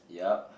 yup